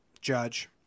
Judge